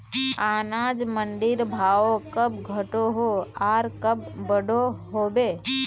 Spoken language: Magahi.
अनाज मंडीर भाव कब घटोहो आर कब बढ़ो होबे?